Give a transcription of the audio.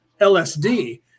LSD